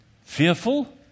fearful